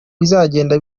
bizagenda